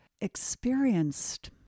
experienced